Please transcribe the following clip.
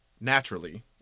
naturally